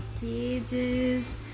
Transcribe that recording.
cages